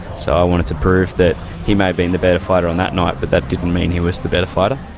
so i wanted to prove that he may have been the better fighter on that night, but that doesn't mean he was the better fighter.